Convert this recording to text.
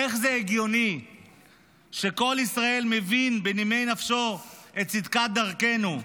איך זה הגיוני שכל ישראלי מבין בנימי נפשו את צדקת דרכנו,